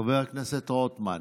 חבר הכנסת רוטמן.